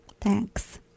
Thanks